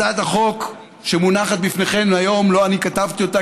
הצעת החוק שמונחת לפניכם היום, לא אני כתבתי אותה.